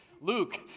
Luke